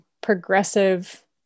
progressive